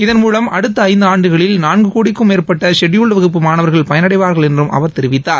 இதன் மூலம் அடுத்த ஐந்து ஆண்டுகளில் நான்கு கோடிக்கும் மேற்பட்ட ஷெட்யூல்டு வகுப்பு மாணவர்கள் பயனடைவார்கள் என்றும் அவர் தெரிவித்தார்